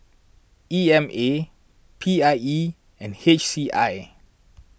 E M A P I E and H C I